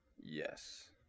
Yes